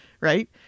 right